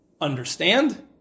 understand